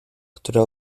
które